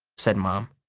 said mom.